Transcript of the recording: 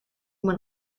mijn